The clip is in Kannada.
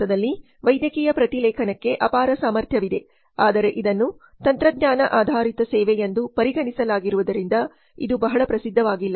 ಭಾರತದಲ್ಲಿ ವೈದ್ಯಕೀಯ ಪ್ರತಿಲೇಖನಕ್ಕೆ ಅಪಾರ ಸಾಮರ್ಥ್ಯವಿದೆ ಆದರೆ ಇದನ್ನು ತಂತ್ರಜ್ಞಾನ ಆಧಾರಿತ ಸೇವೆಯೆಂದು ಪರಿಗಣಿಸಲಾಗಿರುವುದರಿಂದ ಇದು ಬಹಳ ಪ್ರಸಿದ್ಧವಾಗಿಲ್ಲ